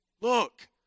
look